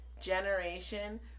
generation